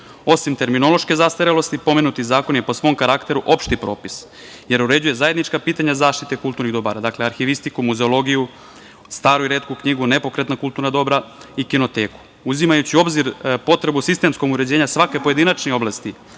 Osim terminološke zastarelosti, pomenuti zakon je po svom karakteru opšti propis, jer uređuje zajednička pitanja zaštite kulturnih dobara, dakle, arhivistiku, muzeologiju, staru i retku knjigu, nepokretna kulturna dobra i kinoteku. Uzimajući u obzir potrebu sistemskog uređenja svake pojedinačne oblasti